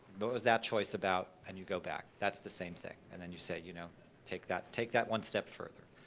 what was that choice about, and you go back and, that's the same thing. and and you say, you know take that take that one step further.